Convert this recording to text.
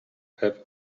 have